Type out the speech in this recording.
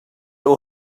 all